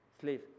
slave